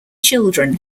children